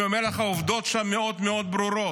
אני אומר לך, העובדות שם מאוד מאוד ברורות.